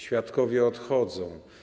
Świadkowie odchodzą.